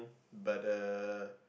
but uh